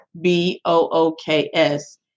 B-O-O-K-S